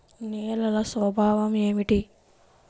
నేలల స్వభావం ఏమిటీ?